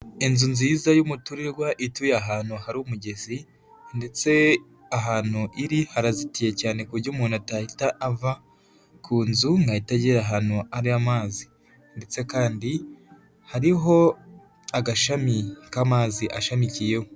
Inzu nziza y'umuturirwa ituye ahantu hari umugezi ndetse ahantu iri harazitiye cyane ku buryo umuntu atahita ava ku nzu ngo ahite agera ahantu hari amazi, ndetse kandi hariho agashami k'amazi ashamikiyeho.